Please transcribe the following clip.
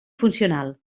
funcional